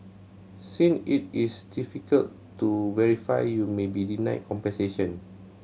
since it is difficult to verify you may be denied compensation